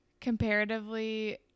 comparatively